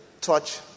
touch